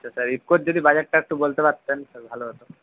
আচ্ছা স্যার ইফকোর যদি বাজারটা একটু বলতে পারতেন ভালো হতো